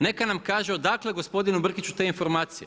Neka nam kaže odakle gospodinu Brkiću te informacije?